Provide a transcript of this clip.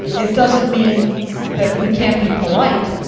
it doesn't mean that we can't be polite.